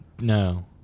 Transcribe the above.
No